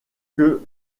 que